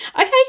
Okay